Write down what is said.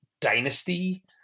dynasty